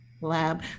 lab